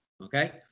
Okay